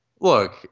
Look